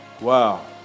Wow